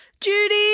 Judy